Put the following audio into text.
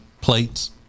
plates